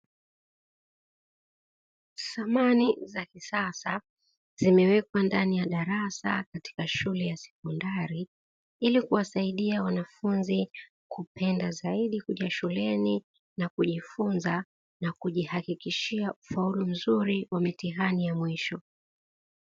Samani za kisasa zimewekwa ndani ya darasa katika shule ya sekondari, ili kuwasaidia wanafunzi kupenda zaidi kuja shuleni na kujifunza, na kujihakikishia ufaulu mzuri wa mitihani ya mwisho.